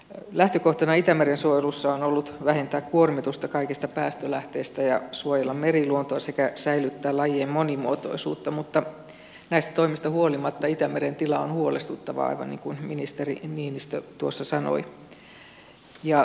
lähtökohtana itämeren suojelussa on ollut vähentää kuormitusta kaikista päästölähteistä ja suojella meriluontoa sekä säilyttää lajien monimuotoisuutta mutta näistä toimista huolimatta itämeren tila on huolestuttava aivan niin kuin ministeri niinistö tuossa sanoi